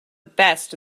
best